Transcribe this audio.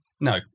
No